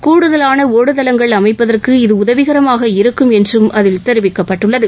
கூடுதலான ஒடுதளங்கள் அமைப்பதற்கு இது உதவிகரமாக இருக்கும் என்றும் அதில் தெரிவிக்கப்பட்டுள்ளது